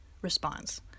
response